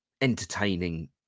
entertaining